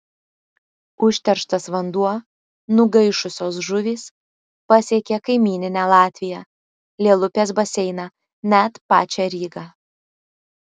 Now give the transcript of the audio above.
užterštas vanduo nugaišusios žuvys pasiekė kaimyninę latviją lielupės baseiną net pačią rygą